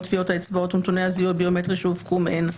טביעות האצבעות ונתוני הזיהוי הביומטרי שהופקו מהן,